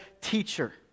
teacher